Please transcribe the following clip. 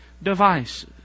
devices